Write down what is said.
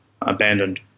abandoned